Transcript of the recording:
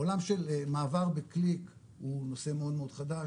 עולם של מעבר בקליק הוא נושא מאוד חדש,